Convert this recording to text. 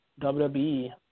WWE